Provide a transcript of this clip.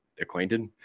acquainted